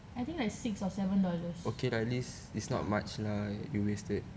I think like six or seven dollars ya